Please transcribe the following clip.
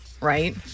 Right